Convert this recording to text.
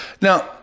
Now